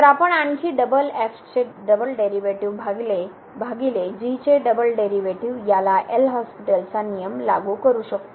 तर आपण आणखी डबल चे डबल डेरिव्हेटिव्ह भागिले याला एल हॉस्पिटलचा नियम लागू करू शकतो